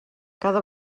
cada